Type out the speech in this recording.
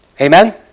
Amen